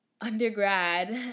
undergrad